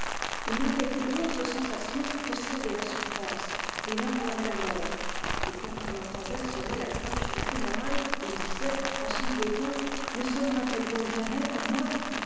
il n'avait plus d'autre sensation que celle de la souffrance et il implorait la mort et quand il entendait sonner la cloche des funérailles il disait en sanglotant ne sonnera t elle donc jamais pour moi